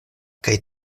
kaj